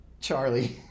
Charlie